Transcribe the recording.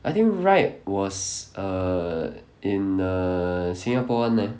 I think Ryde was err in err singapore [one] leh